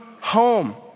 home